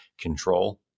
control